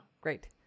Great